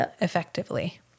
effectively